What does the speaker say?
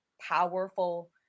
powerful